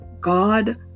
God